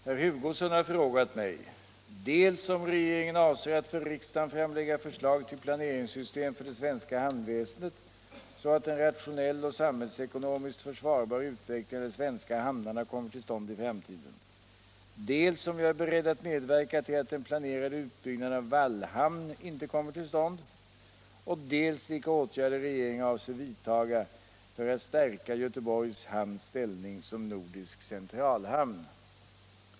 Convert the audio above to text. Herr Hugosson har frågat mig dels om regeringen avser att för riksdagen framlägga förslag till planeringssystem för det svenska hamnväsendet, så att en rationell och samhällsekonomiskt försvarbar utveckling av de svenska hamnarna kommer till stånd i framtiden, dels om jag är beredd medverka till att den planerade utbyggnaden av Wallhamn inte kommer till stånd och dels vilka åtgärder regeringen avser vidtaga för att stärka Göteborgs hamns ställning som nordisk centralhamn.